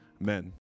Amen